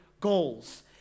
goals